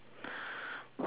alright